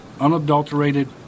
unadulterated